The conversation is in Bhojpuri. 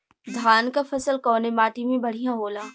धान क फसल कवने माटी में बढ़ियां होला?